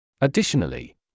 Additionally